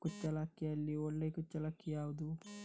ಕುಚ್ಚಲಕ್ಕಿಯಲ್ಲಿ ಒಳ್ಳೆ ಕುಚ್ಚಲಕ್ಕಿ ಯಾವುದು?